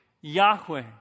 Yahweh